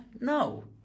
No